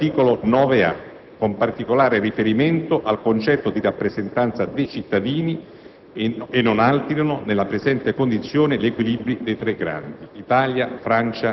Il Governo italiano resta comunque disponibile a considerare eventuali soluzioni di compromesso che dovessero essere avanzate in occasione del vertice di domani, a condizione